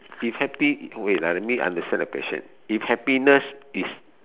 if happi~ wait ah let me understand the question if happiness is